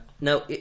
no